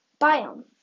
biome